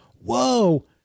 whoa